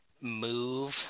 move